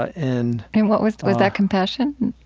ah and and what was was that compassion?